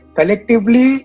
Collectively